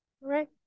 right